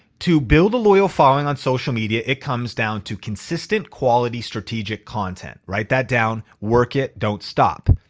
to build a loyal following on social media, it comes down to consistent, quality, strategic content. write that down, work it, don't stop.